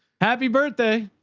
happy birthday.